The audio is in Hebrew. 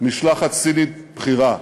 משלחת סינית בכירה,